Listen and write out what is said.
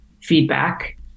feedback